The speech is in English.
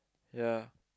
ya